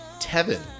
tevin